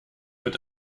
wird